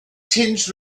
tinged